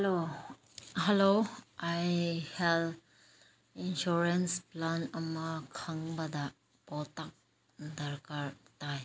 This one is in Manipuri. ꯍꯜꯂꯣ ꯍꯜꯂꯣ ꯑꯩ ꯍꯦꯜꯠ ꯏꯟꯁꯨꯔꯦꯟꯁ ꯄ꯭ꯂꯥꯟ ꯑꯃ ꯈꯪꯕꯗ ꯄꯥꯎꯇꯥꯛ ꯗꯔꯀꯥꯔ ꯇꯥꯏ